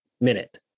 minute